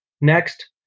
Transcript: Next